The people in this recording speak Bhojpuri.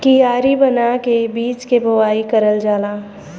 कियारी बना के बीज के बोवाई करल जाला